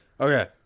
Okay